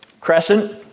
crescent